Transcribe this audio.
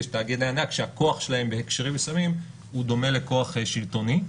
יש תאגידי ענק שהכוח שלהם בהקשרים מסוימים הוא דומה לכוח שלטוני,